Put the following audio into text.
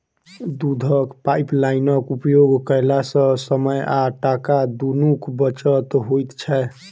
दूधक पाइपलाइनक उपयोग कयला सॅ समय आ टाका दुनूक बचत होइत छै